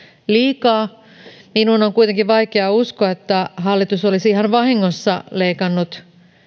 liikaa minun on kuitenkin vaikea uskoa että hallitus olisi ihan vahingossa leikannut